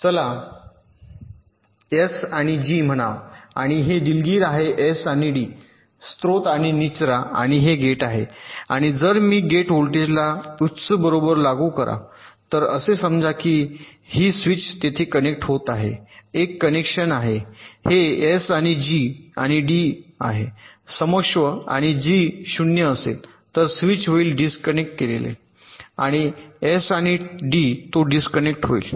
चला एस आणि जी म्हणा आणि हे दिलगीर आहे एस आणि डी स्त्रोत आणि निचरा आणि हे गेट आहे आणि जर मी गेट व्होल्टेजला उच्च बरोबर लागू करा तर असे समजा की ही स्विच तेथे कनेक्ट होत आहे एक कनेक्शन आहे हे एस आणि जी आणि डी आहे क्षमस्व आणि जी 0 असेल तर स्विच होईल डिस्कनेक्ट केले एस आणि डी तो डिस्कनेक्ट होईल